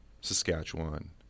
saskatchewan